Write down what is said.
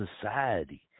society